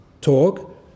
talk